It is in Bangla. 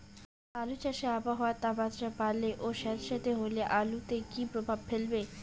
আলু চাষে আবহাওয়ার তাপমাত্রা বাড়লে ও সেতসেতে হলে আলুতে কী প্রভাব ফেলবে?